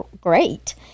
great